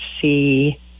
see